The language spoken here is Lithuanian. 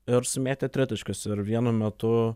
ir sumėtė tritaškius ir vienu metu